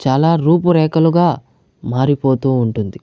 చాలా రూపురేఖలుగా మారిపోతు ఉంటుంది